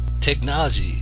Technology